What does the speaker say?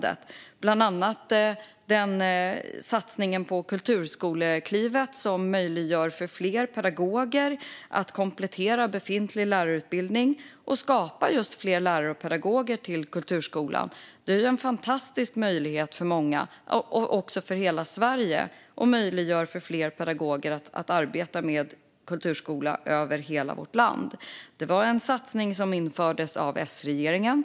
Det handlar bland annat om satsningen på Kulturskoleklivet som möjliggör för fler pedagoger att komplettera befintlig lärarutbildning och skapa fler lärare och pedagoger till kulturskolan. Det är en fantastisk möjlighet för många och också för hela Sverige, och det möjliggör för fler pedagoger att arbeta med kulturskola över hela vårt land. Det var en satsning som gjordes av S-regeringen.